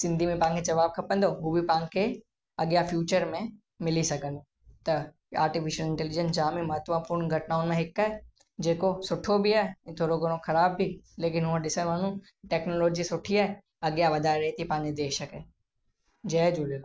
सिंधी में तव्हांखे जवाबु खपंदो हुओ बि पाण खे अॻियां फ्यूचर में मिली सघंदो त आर्टिफिशियल इंटैलिजेंस जाम ई महत्वपूर्ण घटनाउनि मां हिकु आहे जेको सुठो बि आहे ऐं थोरो घणो ख़राब बि लेकिन उहा ॾिसणु वञूं टैक्नोलॉजी सुठी आहे अॻियां वधारे थी पंहिंजे देश खे जय झूलेलाल